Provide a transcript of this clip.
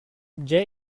дьэ